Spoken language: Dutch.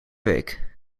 week